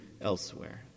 elsewhere